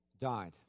died